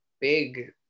big